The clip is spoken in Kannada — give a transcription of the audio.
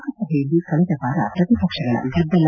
ಲೋಕಸಭೆಯಲ್ಲಿ ಕಳೆದ ವಾರ ಪ್ರತಿಪಕ್ಷಗಳ ಗದ್ದಲ